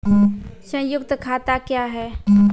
संयुक्त खाता क्या हैं?